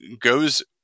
goes